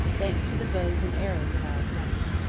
thanks to the bows and arrows of our friends.